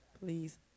Please